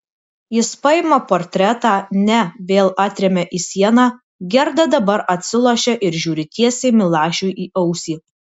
jis paima portretą ne vėl atremia į sieną gerda dabar atsilošia ir žiūri tiesiai milašiui į ausį